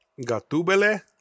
Gatubele